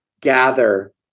gather